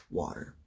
water